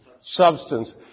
Substance